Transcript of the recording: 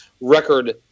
record